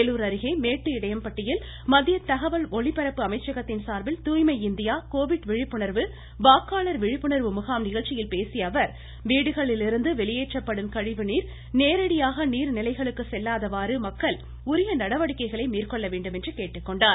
வேலூர் அருகே மேட்டு இடையம்பட்டியில் மத்திய தகவல் ஒளிபரப்பு அமைச்சகத்தின் சார்பில் தூய்மை இந்தியா கோவிட் விழிப்புணர்வு வாக்காளர் விழிப்புணர்வு வீடுகளிலிருந்து வெளியேற்றப்படும் கழிவு நீா நேரடியாக நீாநிலைகளுக்கு செல்லாதவாறு மக்கள் உரிய நடவடிக்கைகளை மேற்கொள்ள வேண்டும் என்று கேட்டுக்கொண்டார்